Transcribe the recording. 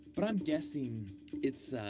but i'm guessing it's,